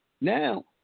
Now